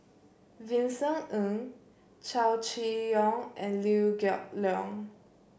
Vincent Ng Chow Chee Yong and Liew Geok Leong